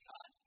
God